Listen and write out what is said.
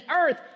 earth